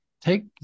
Take